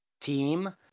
team